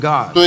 God